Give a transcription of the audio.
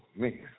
man